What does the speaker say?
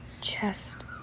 chest